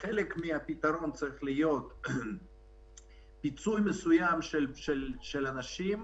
חלק מהפתרון צריך להיות פיצוי מסוים של אנשים,